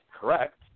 correct